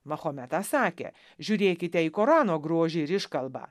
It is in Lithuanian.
mahometas sakė žiūrėkite į korano grožį ir iškalbą